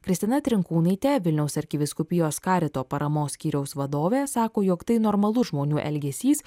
kristina trinkūnaitė vilniaus arkivyskupijos karito paramos skyriaus vadovė sako jog tai normalus žmonių elgesys